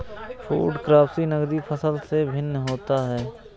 food crops नगदी फसल से भिन्न होता है